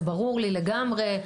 זה ברור לי לגמרי.